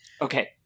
Okay